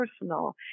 personal